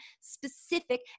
specific